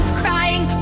crying